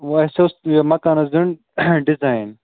وۅں اَسہِ اوس یہِ مَکانَس دیُن ڈِزایِن